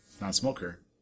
non-smoker